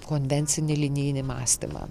konvencinį linijinį mąstymą